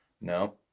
No